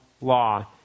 law